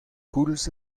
koulz